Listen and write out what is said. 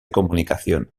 comunicación